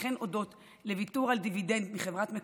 וכן הודות לוויתור על דיבידנד מחברת מקורות,